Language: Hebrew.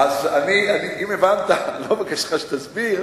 אם הבנת, אני לא מבקש ממך שתסביר,